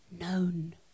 known